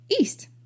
east